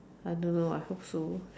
I don't know I hope so